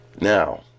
Now